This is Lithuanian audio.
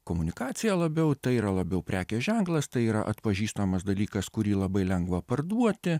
komunikacija labiau tai yra labiau prekės ženklas tai yra atpažįstamas dalykas kurį labai lengva parduoti